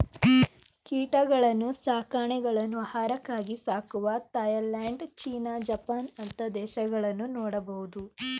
ಕೀಟಗಳನ್ನ್ನು ಸಾಕಾಣೆಗಳನ್ನು ಆಹಾರಕ್ಕಾಗಿ ಸಾಕುವ ಥಾಯಲ್ಯಾಂಡ್, ಚೀನಾ, ಜಪಾನ್ ಅಂತ ದೇಶಗಳನ್ನು ನೋಡಬಹುದು